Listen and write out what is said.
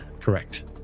correct